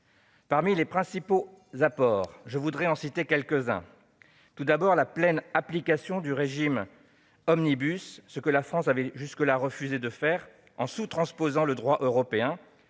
Parmi les principaux apports, je voudrais tout d'abord citer la pleine application du règlement dit Omnibus, ce que la France avait jusque-là refusé de faire en sous-transposant le droit européen.